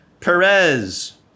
Perez